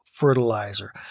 fertilizer